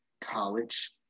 college